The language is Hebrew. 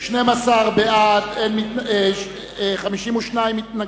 12 בעד, 52 מתנגדים,